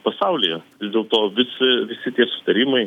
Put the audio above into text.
pasaulyje vis dėlto visi visi tie susitarimai